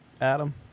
Adam